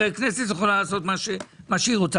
הרי הכנסת יכולה לעשות מה שהיא רוצה.